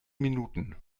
minuten